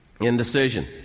Indecision